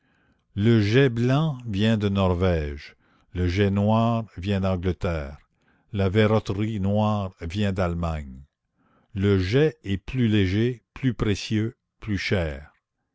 le jais blanc vient de norvège le jais noir vient d'angleterre la verroterie noire vient d'allemagne le jais est plus léger plus précieux plus cher